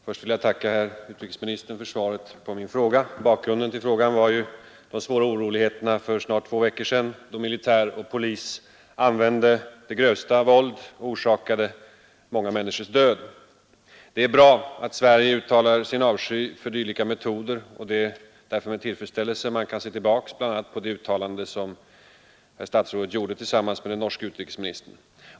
Herr talman! Först vill jag tacka herr utrikesministern för svaret på min fråga. Bakgrunden till frågan var ju de svåra oroligheterna för snart två veckor sedan, då militär och polis använde det grövsta våld och orsakade många människors död. Det är bra att Sverige uttalar sin avsky för dylika metoder, och det är därför med tillfredsställelse man kan se tillbaka på det uttalande som herr statsrådet gjorde tillsammans med den norske utrikesministern.